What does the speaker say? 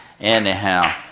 Anyhow